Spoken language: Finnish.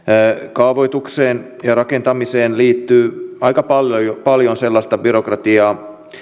kaavoitukseen ja rakentamiseen liittyy aika paljon sellaista byrokratiaa